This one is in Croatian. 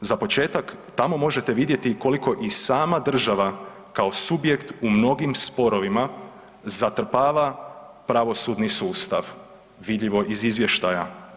Za početak tamo možete vidjeti koliko i sama država kao subjekt u mnogim sporovima zatrpava pravosudni sustav, vidljivo iz izvještaja.